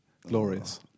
Glorious